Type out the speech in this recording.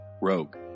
rogue